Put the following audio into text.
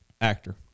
actor